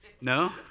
No